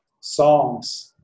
songs